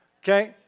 Okay